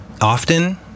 often